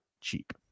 cheap